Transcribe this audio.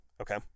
Okay